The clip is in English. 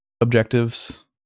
objectives